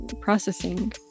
processing